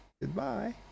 Goodbye